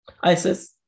Isis